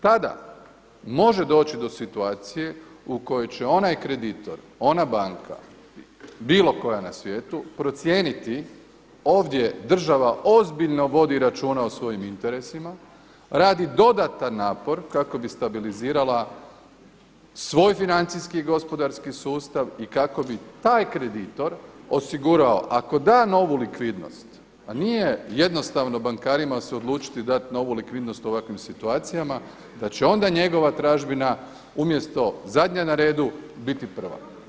Tada može doći do situacije u kojoj će onaj kreditor, ona banka bilo koja na svijetu procijeniti ovdje država ozbiljno vodi računa o svojim interesima, radi dodatan napor kako bi stabilizirala svoj financijski i gospodarski sustav i kako bi taj kreditor osigurao ako da novu likvidnost a nije jednostavno bankarima se odlučiti i dati novu likvidnost u ovakvim situacijama, da će onda njegova tražbina umjesto zadnja na redu biti prva.